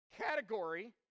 category